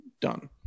done